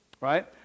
right